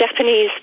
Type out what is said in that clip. Japanese